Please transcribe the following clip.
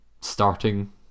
starting